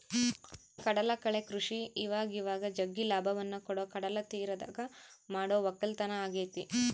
ಕಡಲಕಳೆ ಕೃಷಿ ಇವಇವಾಗ ಜಗ್ಗಿ ಲಾಭವನ್ನ ಕೊಡೊ ಕಡಲತೀರದಗ ಮಾಡೊ ವಕ್ಕಲತನ ಆಗೆತೆ